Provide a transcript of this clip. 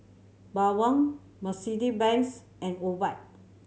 Bawang Mercedes Benz and Obike